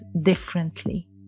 differently